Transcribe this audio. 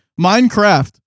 Minecraft